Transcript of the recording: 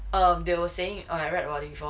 um they were saying I read about it before